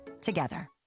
together